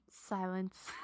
Silence